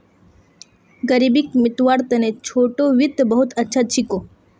ग़रीबीक मितव्वार तने छोटो वित्त बहुत अच्छा छिको